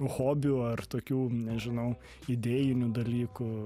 hobių ar tokių nežinau idėjinių dalykų